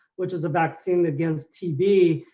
which is a vaccine against tb,